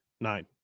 Nine